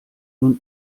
nun